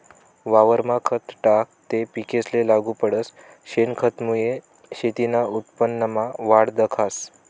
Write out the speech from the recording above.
वावरमा खत टाकं ते पिकेसले लागू पडस, शेनखतमुये शेतीना उत्पन्नमा वाढ दखास